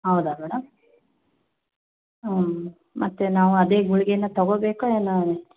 ಹೌದಾ ಮೇಡಮ್ ಹ್ಞೂ ಮತ್ತೆ ನಾವು ಅದೇ ಗುಳಿಗೇನ ತೊಗೋಬೇಕಾ ಏನು